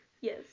Yes